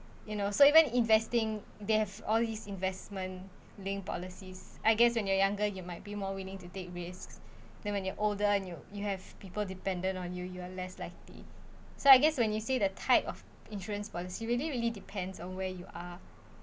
you know so even investing they have all these investment linked policies I guess when you're younger you might be more willing to take risks then when you're older you you have people dependent on you you are less likely so I guess when you say the type of insurance policy really really depends on where you are